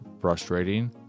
frustrating